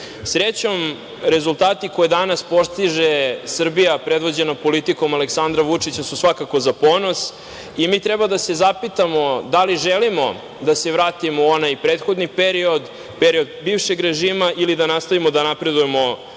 Srećom, rezultati koje danas postiže Srbija, predvođena politikom Aleksandra Vučića su svakako, za ponos. Mi treba da se zapitamo da li želimo da se vratimo u onaj prethodni period, period bivšeg režima, ili da nastavimo da napredujemo